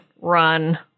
run